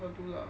ya lor